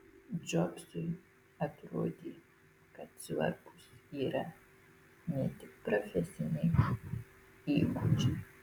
džobsui atrodė kad svarbūs yra ne tik profesiniai įgūdžiai